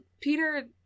Peter